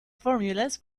formulas